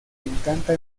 encanta